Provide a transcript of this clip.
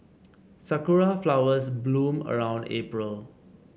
Sakura flowers bloom around April